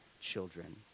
children